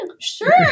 Sure